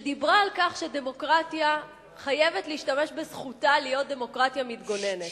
שדיברה על כך שדמוקרטיה חייבת להשתמש בזכותה להיות דמוקרטיה מתגוננת,